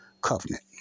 Covenant